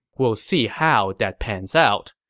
we'll see how that pans out.